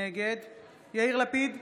נגד יאיר לפיד,